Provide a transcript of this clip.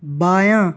بایاں